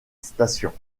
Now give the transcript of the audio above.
stations